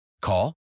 Call